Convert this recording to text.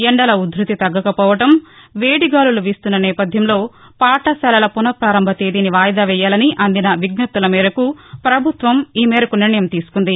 ఎండల ఉధ్భతి తగ్గకపోవడం వేడిగాలులు వీస్తున్న నేపథ్యంలో పాఠశాలల పునపారంభ తేదీని వాయిదా వేయాలని అందిన విజ్ఞప్తుల మేరకు పభుత్వం ఈ నిర్ణయం తీసుకుంది